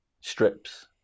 strips